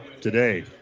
today